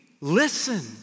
listen